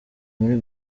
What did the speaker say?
muri